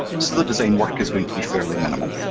so the design work is going to be fairly minimal.